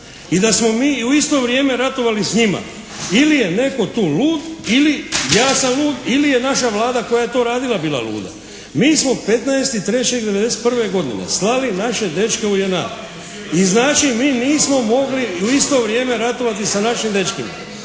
i da smo mi u isto vrijeme ratovali s njima. Ili je netko tu lud ili ja sam lud ili je naša Vlada koja je to radila bila luda. Mi smo 15.3.'91. godine slali naše dečke u JNA i znači mi nismo mogli u isto vrijeme ratovati sa našim dečkima.